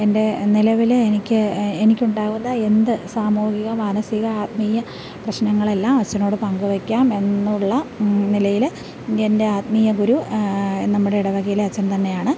എൻ്റെ നിലവിൽ എനിക്ക് എനിക്ക് ഉണ്ടാവുന്ന എന്ത് സാമൂഹിക മാനസിക ആത്മീയ പ്രശ്നങ്ങളെല്ലാം അച്ഛനോട് പങ്കുവയ്ക്കാം എന്നുള്ള നിലയിൽ എൻ്റെ ആത്മീയഗുരു നമ്മുടെ ഇടവകയിലെ അച്ഛൻ തന്നെയാണ്